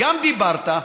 גם דיברת,